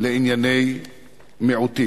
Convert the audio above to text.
לענייני מיעוטים.